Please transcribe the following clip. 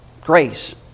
grace